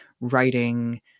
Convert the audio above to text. writing